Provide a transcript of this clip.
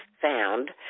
found